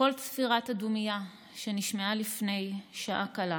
קול צפירת הדומייה שנשמעה לפני שעה קלה